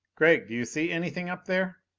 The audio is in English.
gregg, do you see anything up there?